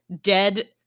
dead